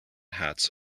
hats